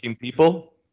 people